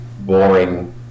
boring